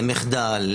למחדל,